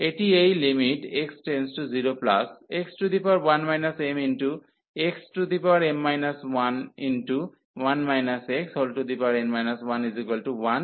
এটি এই x→0x1 mxm 11 xn 11 এর সমান